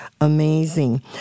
amazing